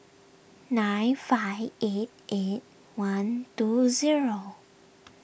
nine five eight eight one two zero